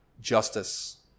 justice